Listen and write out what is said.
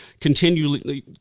continually